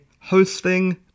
hosting